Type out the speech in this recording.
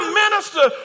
minister